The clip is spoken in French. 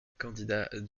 candidats